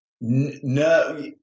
No